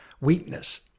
weakness